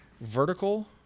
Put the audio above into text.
vertical